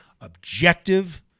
objective